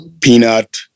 peanut